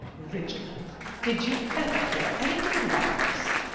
ridgeon did you ever hear anything like this!